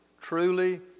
truly